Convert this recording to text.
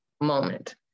moment